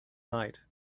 night